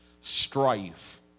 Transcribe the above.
Strife